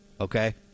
okay